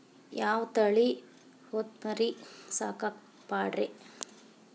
ಯಾವ ತಳಿ ಹೊತಮರಿ ಸಾಕಾಕ ಪಾಡ್ರೇ?